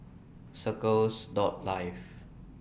Circles Dog Life